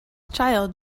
child